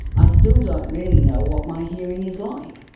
i still don't really know what my hearing is like.